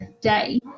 day